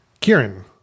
Kieran